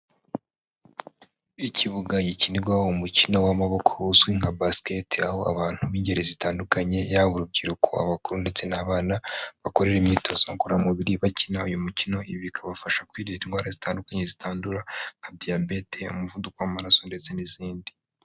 Ikibuga gikinirwaho umukino w'amaboko uzwi nka basket, aho abantu b'ingeri zitandukanye yaba urubyiruko, abakuru ndetse n'abana bakorera imyitozo ngororamubiri bakina uyu mukino, bikabafasha kwirinda indwara zitandukanye zitandura nka diabete, umuvuduko w'amaraso ndetse n'izindi.